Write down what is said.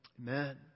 amen